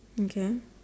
okay